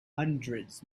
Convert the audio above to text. hundreds